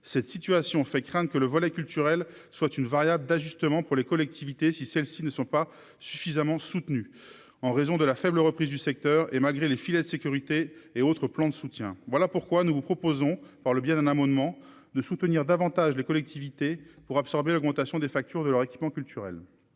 cette situation fait craindre que le volet culturel soit une variable d'ajustement pour les collectivités, si celles-ci ne sont pas suffisamment soutenues en raison de la faible reprise du secteur et malgré les filets de sécurité et autres plans de soutien, voilà pourquoi nous vous proposons, par le biais d'un amendement de soutenir davantage les collectivités pour absorber l'augmentation des factures de leur équipement culturel.